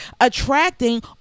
attracting